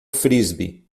frisbee